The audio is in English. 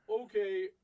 okay